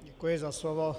Děkuji za slovo.